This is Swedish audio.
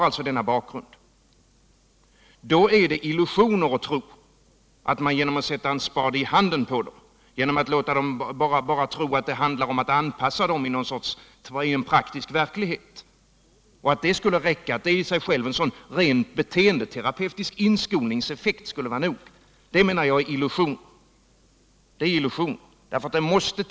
Att då sätta en spade i handen på dem och tro att det handlar om att anpassa dem till en praktisk verklighet, att en sådan rent beteendeterapeutisk inskolningseffekt skulle vara nog — det menar jag är illusioner.